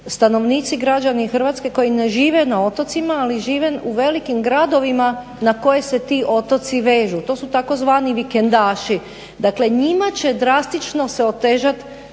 stanovnici, građani Hrvatske koji ne žive na otocima, ali žive u velikim gradovima na koje se ti otoci vežu. To su tzv. vikendaši, dakle njima će drastično se otežat